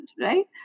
right